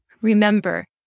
remember